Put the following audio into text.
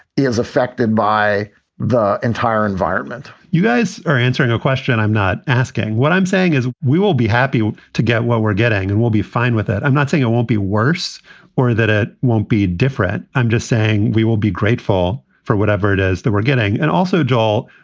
is affected by the entire environment you guys are answering your question. i'm not asking. what i'm saying is we will be happy to get what we're getting and we'll be fine with it. i'm not saying it won't be worse or that it won't be different. i'm just saying we will be grateful for whatever it is that we're getting. and also, joel,